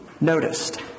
noticed